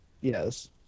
Yes